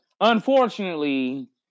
unfortunately